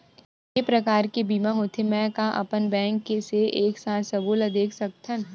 के प्रकार के बीमा होथे मै का अपन बैंक से एक साथ सबो ला देख सकथन?